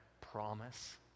promise